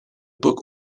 book